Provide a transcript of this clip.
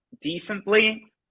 decently